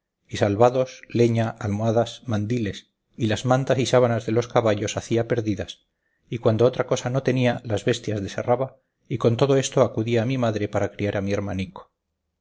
y salvados leña almohazas mandiles y las mantas y sábanas de los caballos hacía perdidas y cuando otra cosa no tenía las bestias desherraba y con todo esto acudía a mi madre para criar a mi hermanico